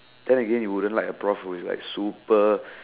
then again you wouldn't like a prof who is like super